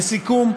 לסיכום,